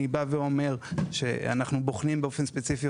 אני אמנם בא ואומר שאנחנו בוחנים אותם באופן ספציפי,